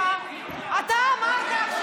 אתה אמרת עכשיו,